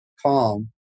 calm